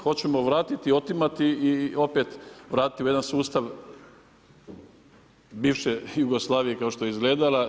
Hoćemo vratiti, otimati i opet vratiti u jedan sustav bivše Jugoslavije kao što je izgledala.